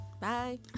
Bye